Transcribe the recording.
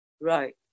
Right